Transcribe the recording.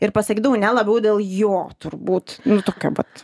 ir pasakydavau ne labiau dėl jo turbūt tokio vat